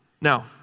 Now